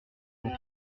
vont